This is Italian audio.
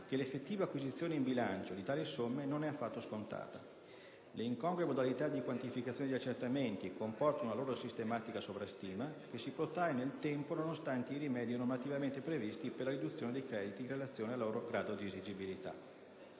che l'effettiva acquisizione in bilancio di tali somme non è affatto scontata. Le incongrue modalità di quantificazione degli accertamenti comportano una loro sistematica sovrastima, che si protrae nel tempo nonostante i rimedi normativamente previsti per la riduzione dei crediti in relazione al loro grado di esigibilità.